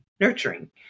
nurturing